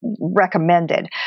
recommended